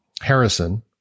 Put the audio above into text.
Harrison